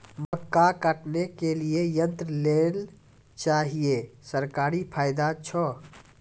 मक्का काटने के लिए यंत्र लेल चाहिए सरकारी फायदा छ?